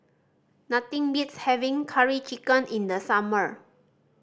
nothing beats having Curry Chicken in the summer